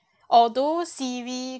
although siri